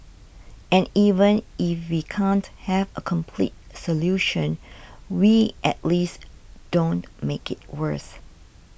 and even if we can't have a complete solution we at least don't make it worse